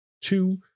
two